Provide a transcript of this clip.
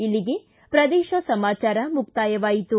ಇಲ್ಲಿಗೆ ಪ್ರದೇಶ ಸಮಾಚಾರ ಮುಕ್ತಾಯವಾಯಿತು